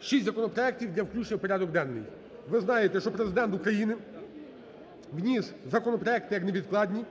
шість законопроектів для включення в порядок денний. Ви знаєте, що Президент України вніс законопроекти як невідкладні.